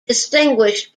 distinguished